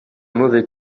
mauvais